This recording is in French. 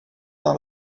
dans